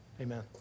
amen